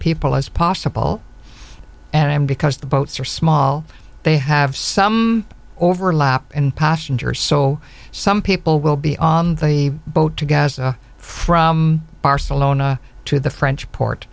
people as possible and because the boats are small they have some overlap in passengers so some people will be on the boat to go from barcelona to the french port